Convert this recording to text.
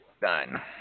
Done